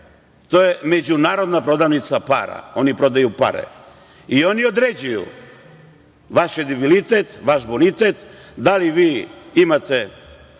to je međunarodna prodavnica para, oni prodaju pare i oni određuju vaš kredibilitet, vaš bonitet, da li vi imate